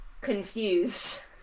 confused